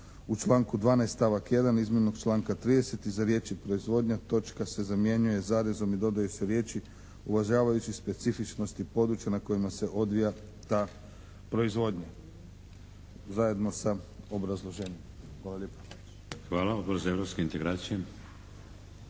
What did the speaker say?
U članku 12. stavak 1. izvornog članka 30. iza riječi: "proizvodnja" točka se zamjenjuje zarezom i dodaju se riječi: "uvažavajući specifičnosti područja na kojima se odvija ta proizvodnja" zajedno sa obrazloženjem. Hvala lijepa. **Šeks, Vladimir (HDZ)** Hvala. Odbor za europske integracije?